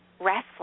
restless